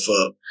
up